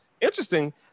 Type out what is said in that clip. Interesting